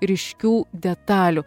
ryškių detalių